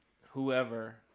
whoever